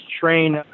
train